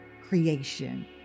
creation